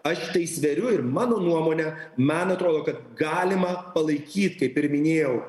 aš tai sveriu ir mano nuomone man atrodo kad galima palaikyt kaip ir minėjau